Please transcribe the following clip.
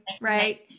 right